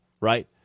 Right